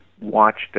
watched